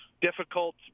difficult